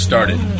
Started